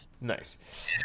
Nice